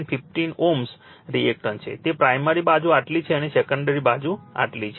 15 Ω reactance છે તે primary બાજુ આટલી છે અને સેકન્ડરી બાજુ આટલી છે